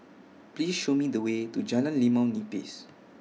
Please Show Me The Way to Jalan Limau Nipis